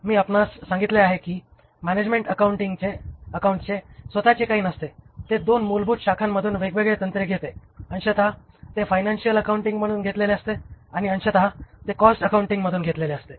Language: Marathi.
मी आपणास सांगितले आहे की मॅनेजमेंट अकाउंटचे स्वतःचे काही नसते ते दोन मूलभूत शाखांमधून वेगवेगळे तंत्रे घेते अंशतः ते फायनॅन्शिअल अकाउंटिंगमधून घेतलेले असते आणि अंशतः ते कॉस्ट अकाऊंटिंगमधून घेतलेले असते